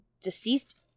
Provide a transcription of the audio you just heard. deceased